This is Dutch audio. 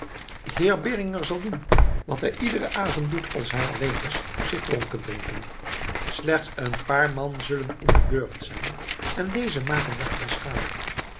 heer beringer zal doen wat hij iederen avond doet als hij alleen is zich dronken drinken slechts een paar man zullen in den burcht zijn en dezen maken wij onschadelijk